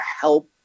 help